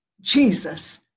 Jesus